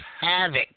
havoc